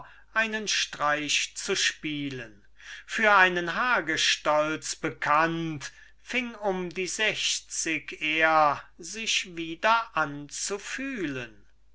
einen streich zu spielen für einen hagestolz bekannt fing um die sechzig er sich wieder an zu fühlen